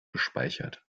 gespeichert